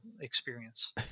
experience